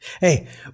Hey